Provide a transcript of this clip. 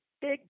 big